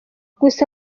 gusa